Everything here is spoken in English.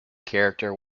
character